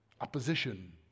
opposition